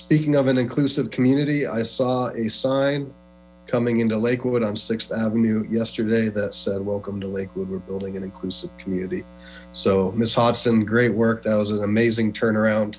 speaking of an inclusive community i saw a sign coming into lakewood on sixth avenue yesterday that said welcome to lakewood we're building an inclusive community so ms dodson great work that was an amazing turnaround